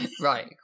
Right